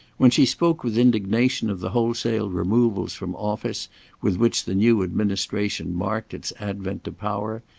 when she spoke with indignation of the wholesale removals from office with which the new administration marked its advent to power,